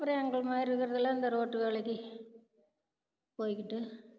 அப்பறம் எங்கள் மாதிரி இருக்கிறதெல்லாம் இந்த ரோட்டு வேலைக்கு போயிகிட்டு